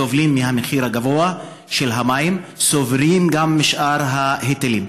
סובלים מהמחיר הגבוה של המים וסובלים גם משאר ההיטלים.